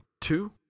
two